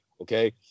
Okay